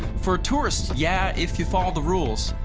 for tourists, yeah, if you follow the rules.